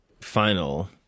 final